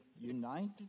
united